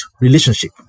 relationship